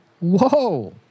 Whoa